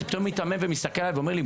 ואתה פתאום מיתמם ומסתכל אליי ואומר לי,